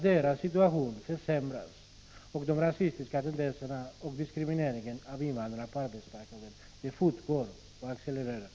Deras situation försämras, och de rasistiska tendenserna och diskrimineringen av invandrare på arbetsmarknaden fortgår och accelererar.